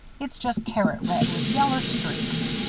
it's just carrot red, with yaller streaks.